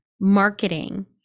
marketing